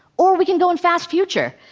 or we can go and fast-future,